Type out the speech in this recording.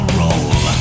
roll